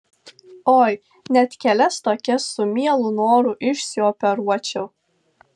oi net kelias tokias su mielu noru išsioperuočiau